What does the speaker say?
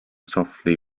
softly